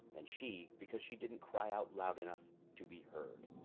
and she because she didn't cry out loud enough to be heard